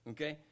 Okay